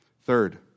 Third